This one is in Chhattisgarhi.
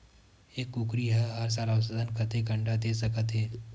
एक कुकरी हर साल औसतन कतेक अंडा दे सकत हे?